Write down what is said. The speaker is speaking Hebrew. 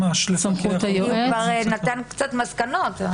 כי הוא כבר נתן קצת מסקנות.